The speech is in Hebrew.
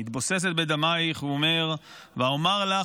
"מתבוססת בדמיך", הוא אומר "ואֹמר לָך